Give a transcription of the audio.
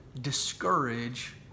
discourage